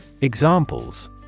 Examples